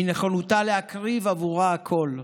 מנכונותה להקריב עבורה הכול.